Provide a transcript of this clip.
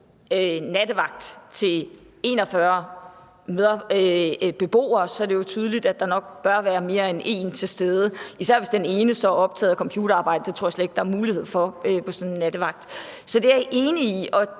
nattevagt til 41 beboere, at det jo tydeligt, at der nok bør være mere end én til stede, især hvis den ene så er optaget af computerarbejde – det tror jeg slet ikke at der er mulighed for på sådan en nattevagt. Så det er jeg enig i.